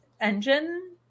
engine